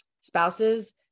spouses